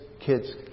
kids